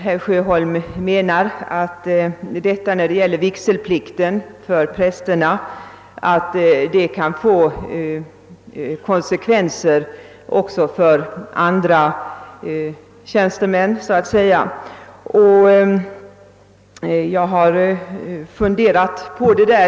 Herr Sjöholm menar att förslaget beträffande vigselplikten för prästerna kan få konsekvenser även för andra tjänstemän. Jag har funderat på detta.